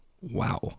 Wow